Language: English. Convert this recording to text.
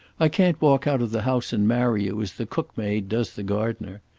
i can't walk out of the house and marry you as the cookmaid does the gardener.